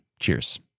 Cheers